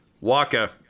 Waka